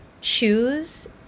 choose